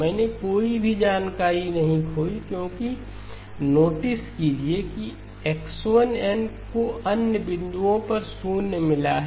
मैंने कोई भी जानकारी नहीं खोई क्योंकि नोटिस कीजिये कि x1 n को अन्य बिंदुओं पर शून्य मिला है